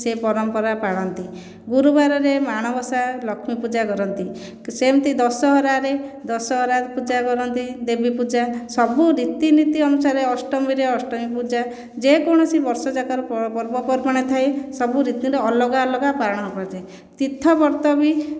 ସେ ପରମ୍ପରା ପାଳନ୍ତି ଗୁରୁବାରରେ ମାଣବସା ଲକ୍ଷ୍ମୀ ପୂଜା କରନ୍ତି ସେମିତି ଦଶହରାରେ ଦଶହରା ପୂଜା କରନ୍ତି ଦେବୀପୂଜା ସବୁ ରୀତିନୀତି ଅନୁସାରେ ଅଷ୍ଟମୀରେ ଅଷ୍ଟମୀ ପୂଜା ଯେକୌଣସି ବର୍ଷ ଯାକର ପର୍ବ ପର୍ବାଣୀ ଥାଏ ସବୁ ରୀତିରେ ଅଲଗା ଅଲଗା ପାଳନ କରାଯାଇଥାଏ ତୀର୍ଥ ବ୍ରତ ବି